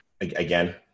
Again